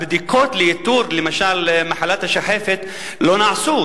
הבדיקות לאיתור למשל מחלת השחפת לא נעשו.